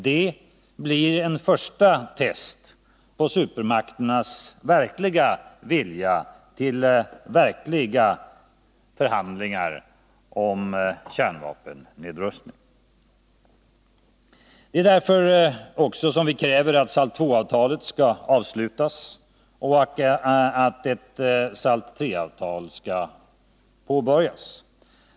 Det blir ett första test på supermakternas vilja till verkliga förhandlingar om kärnvapennedrustning. Det är också därför som vi kräver att SALT II-avtalet skall avslutas och att ett SALT III-avtal skall påbörjas.